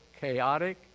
chaotic